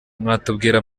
mwatubwira